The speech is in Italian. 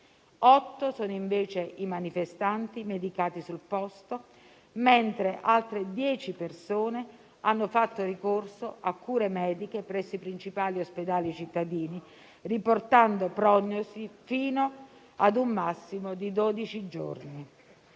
otto sono, invece, i manifestanti medicati sul posto, mentre altre 10 persone hanno fatto ricorso a cure mediche presso i principali ospedali cittadini, riportando prognosi fino a un massimo di dodici giorni.